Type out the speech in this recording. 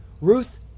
Ruth